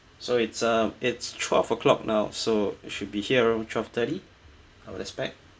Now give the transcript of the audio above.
so it's uh it's twelve o'clock now so it should be here around twelve thirty I would expect